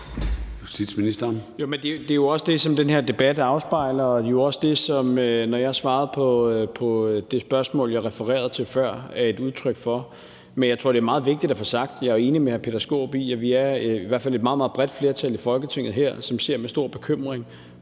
Det er jo også det, den her debat afspejler, og det, som det, jeg svarede på det spørgsmål, jeg refererede til før, er et udtryk for. Men jeg synes, det er meget vigtigt at få sagt, at jeg jo er enig med hr. Peter Skaarup i, at vi er et i hvert fald meget, meget bredt flertal her i Folketinget, som ser med stor bekymring